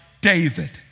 David